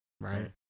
right